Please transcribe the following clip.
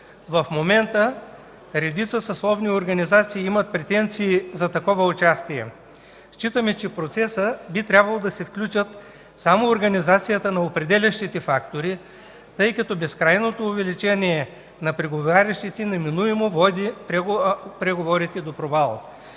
В момента редица съсловни организации имат претенции за такова участие. Считаме, че в процеса би трябвало да се включи само организацията на определящите фактори, тъй като безкрайното увеличение на преговарящите неминуемо води преговорите до провал.